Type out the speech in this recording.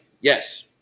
Yes